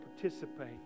participate